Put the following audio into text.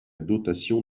dotation